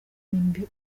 mbi